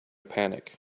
panic